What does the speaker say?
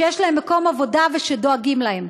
שיש להם מקום עבודה ושדואגים להם.